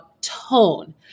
tone